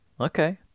Okay